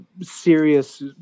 serious